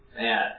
man